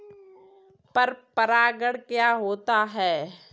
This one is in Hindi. पर परागण क्या होता है?